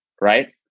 right